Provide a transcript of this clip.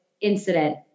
incident